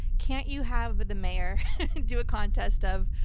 can't you have the mayor do a contest of,